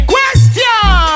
Question